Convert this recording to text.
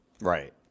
Right